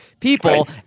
people